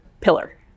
pillar